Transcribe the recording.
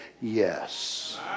yes